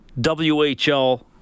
WHL